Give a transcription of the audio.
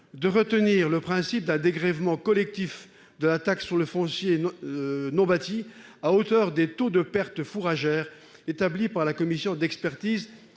de retenir le principe d'un dégrèvement collectif de la taxe sur le foncier non bâti à hauteur des taux de pertes fourragères, établis par les comités d'expertise